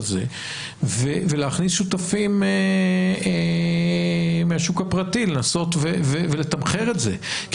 ולהכניס שותפים מהשוק הפרטי לנסות ולתמחר הזה.